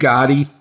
Gotti